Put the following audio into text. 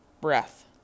breath